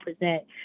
present